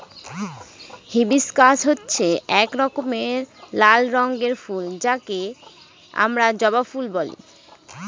hibiscus হচ্ছে এক রকমের লাল রঙের ফুল যাকে আমরা জবা ফুল বলে